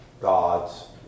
God's